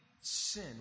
sin